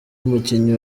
umukinnyi